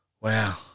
Wow